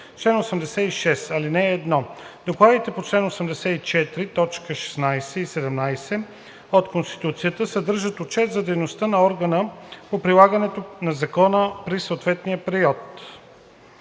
„Чл. 86. (1) Докладите по чл. 84, т. 16 и 17 от Конституцията съдържат отчет за дейността на органа по прилагането на закона през съответния период,